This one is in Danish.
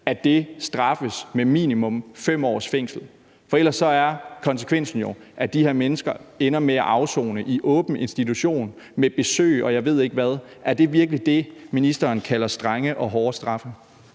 – straffes med minimum 5 års fængsel. For ellers er konsekvensen jo, at de her mennesker ender med at afsone i en åben institution med besøg, og jeg ved ikke hvad. Er det virkelig det, ministeren kalder strenge og hårde straffe?